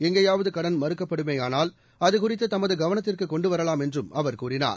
எங்கேயாவது கடன் மறுக்கப்படுமேயானால் அதுகுறித்து தமது கவனத்திற்கு கொண்டுவரலாம் என்றும் அவர் கூறினார்